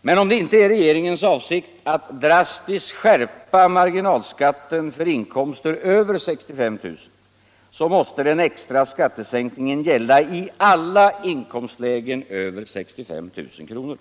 Men om det inte är regeringens avsikt att drastiskt skärpa marginalskatten för inkomster över 65 000 kr., så måste den extra skattesänkningen gälla i alla inkomstlägen över 65 000 kr.